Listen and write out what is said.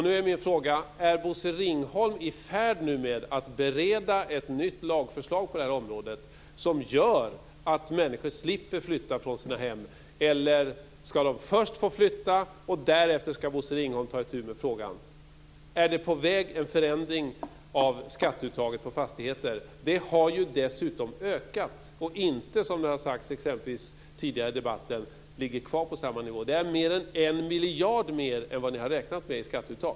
Nu är min fråga: Är Bosse Ringholm nu i färd med att bereda ett nytt lagförslag på det här området som gör att människor slipper flytta från sina hem? Eller ska de först få flytta, och därefter ska Bosse Ringholm ta itu med frågan? Är en förändring av skatteuttaget på fastigheter på väg? Det har ju dessutom ökat. Det ligger inte, som det bl.a. har sagts tidigare i debatten, kvar på samma nivå. Det är en miljard mer än vad ni har räknat med i skatteuttag.